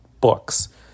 books